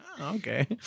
Okay